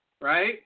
right